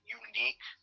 unique